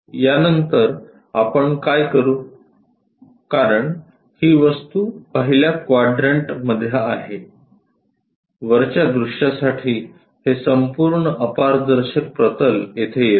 यानंतर आपण काय करू कारण ही वस्तू पहिल्या क्वाड्रंट मध्ये आहे वरच्या दृश्यासाठी हे संपूर्ण अपारदर्शक प्रतल येथे येते